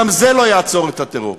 גם זה לא יעצור את הטרור.